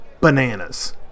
bananas